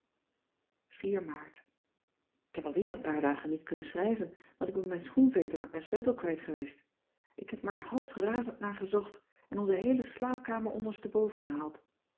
maart ik heb alweer een paar dagen niet kunnen schrijven want ik ben mijn schoenveter met mijn sleutel kwijt geweest ik heb me er half razend naar gezocht en onze heele slaapkamer ondersteboven gehaald